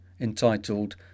entitled